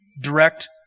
direct